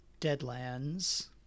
Deadlands